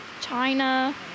China